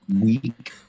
week